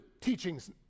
teaching's